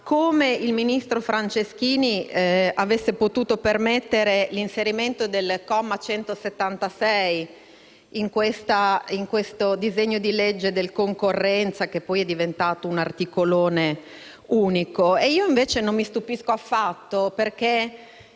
come il ministro Franceschini avesse potuto permettere l'inserimento del comma 176 in questo disegno di legge sulla concorrenza, che poi è diventato un articolone unico. Io, invece, non mi stupisco affatto, perché